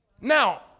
Now